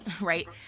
right